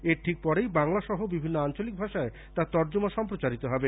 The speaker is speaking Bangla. এর ঠিক পরেই বাংলা সহ বিভিন্ন আঞ্চলিক ভাষায় তার তর্জমা সম্প্রচারিত হবে